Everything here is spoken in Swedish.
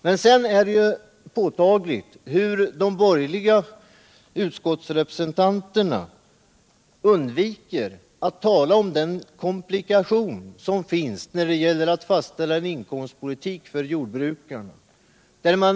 Men sedan är det påtagligt hur de borgerliga utskottsrepresentanterna undviker att tala om den komplikation som finns när det gäller att fastställa en inkomstpolitik för jordbrukarna.